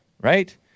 Right